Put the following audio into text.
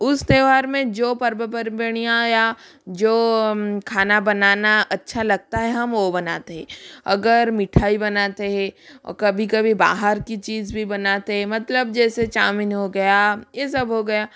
उस त्योहार में जो पर्व परपेणियाँ या जो खाना बनाना अच्छा लगता है हम वह बनाते हैं अगर मिठाई बनाते हैं और कभी कभी बाहर की चीज़ भी बनाते है मतलब जैसे चामीन हो गया यह सब हो गया